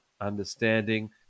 understanding